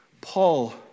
Paul